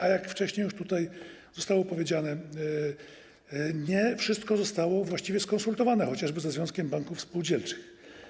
A jak już wcześniej tutaj zostało powiedziane, nie wszystko zostało właściwie skonsultowane, chociażby ze związkiem banków spółdzielczych.